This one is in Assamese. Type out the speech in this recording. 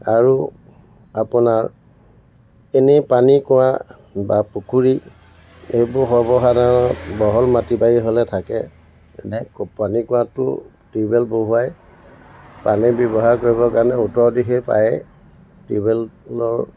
আৰু আপোনাৰ এনেই পানী কোঁৱা বা পুখুৰী এইবোৰ সৰ্বসাধাৰণ বহল মাটি বাৰী হ'লে থাকে এনেই পানী কোঁৱাটো টিউবৱেল বহুৱাই পানী ব্যৱহাৰ কৰিবৰ কাৰণে উত্তৰ দিশে পাৰে টিউবৱেলৰ